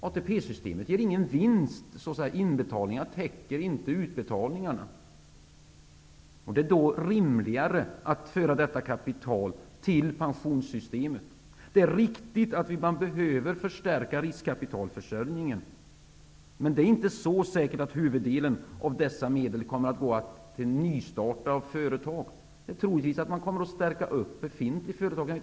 ATP systemet ger ingen vinst; inbetalningarna täcker inte utbetalningarna. Det är rimligare att föra detta kapital till pensionssystemen. Det är riktigt att man behöver förstärka riskkapitalförsörjningen. Men det är inte säkert att huvuddelen av dessa medel kommer att gå till att nystarta företag. Troligtvis kommer man att stärka befintliga företag.